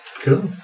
Cool